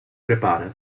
prepara